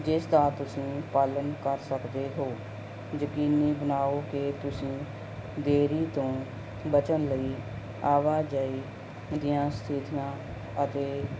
ਜਿਸ ਦਾ ਤੁਸੀਂ ਪਾਲਣ ਕਰ ਸਕਦੇ ਹੋ ਯਕੀਨੀ ਬਣਾਓ ਕਿ ਤੁਸੀਂ ਦੇਰੀ ਤੋਂ ਬਚਣ ਲਈ ਆਵਾਜਾਈ ਦੀਆਂ ਸਥਿਤੀਆਂ ਅਤੇ